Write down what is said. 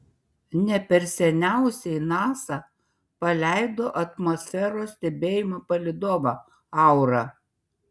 ne per seniausiai nasa paleido atmosferos stebėjimo palydovą aura